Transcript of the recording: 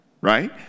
Right